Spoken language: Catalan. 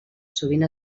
sovint